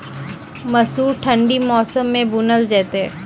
मसूर ठंडी मौसम मे बूनल जेतै?